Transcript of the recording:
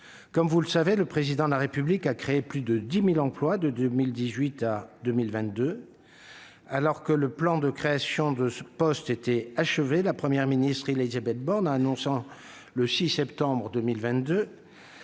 Comme vous le savez, le Président de la République a décidé la création de plus de 10 000 emplois de 2018 à 2022. Alors que ce plan de création de postes était achevé, la Première ministre, Élisabeth Borne, a annoncé, le 6 septembre